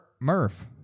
Murph